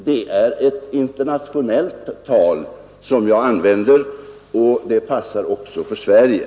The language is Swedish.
Det är ett internationellt tal som jag använder, och det passar också för Sverige.